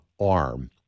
arm